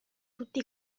tutti